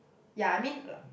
ya I mean